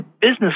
business